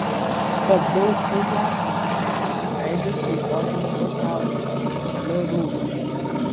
stabdau kraujoplūdį leidžiuosi į požemių pasaulį keliu rūką